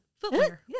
footwear